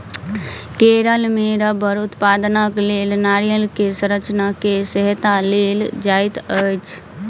केरल मे रबड़ उत्पादनक लेल नारियल के संरचना के सहायता लेल जाइत अछि